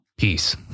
Peace